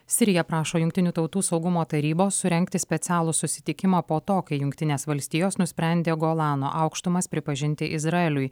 sirija prašo jungtinių tautų saugumo tarybos surengti specialų susitikimą po to kai jungtinės valstijos nusprendė golano aukštumas pripažinti izraeliui